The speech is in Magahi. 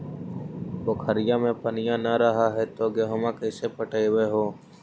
पोखरिया मे पनिया न रह है तो गेहुमा कैसे पटअब हो?